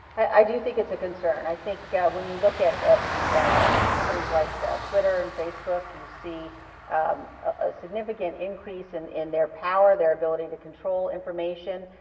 i do think it's a concern. i think when you look at, at companies like twitter and facebook, you see a significant increase increase in, in their power, their ability to control information,